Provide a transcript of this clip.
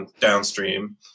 downstream